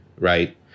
right